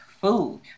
food